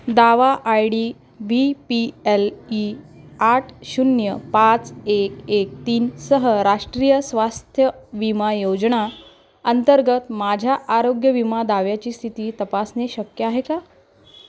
दावा I D B P L E आठ शून्य पाच एक एक तीनसह राष्ट्रीय स्वास्थ्य विमा योजना अंतर्गत माझ्या आरोग्य विमा दाव्याची स्थिती तपासणे शक्य आहे का